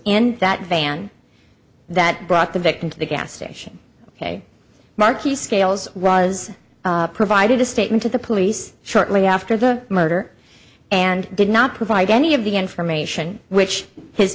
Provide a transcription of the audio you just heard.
in that van that brought the victim to the gas station ok marcie scales was provided a statement to the police shortly after the murder and did not provide any of the information which his